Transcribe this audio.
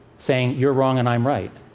saying, you're wrong, and i'm right,